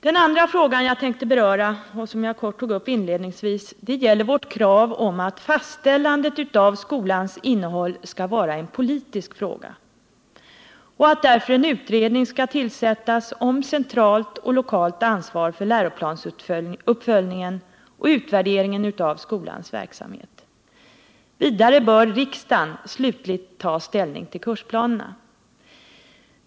Den andra frågan jag tänkte beröra, och som jag kort tog upp inledningsvis, gäller vårt krav om att fastställandet av skolans innehåll skall vara en politisk fråga och att därför en utredning skall tillsättas om centralt och lokalt ansvar för läroplansuppföljningen och utvärderingen av skolans verksamhet. Vidare bör riksdagen slutligt ta ställning till kursplanerna.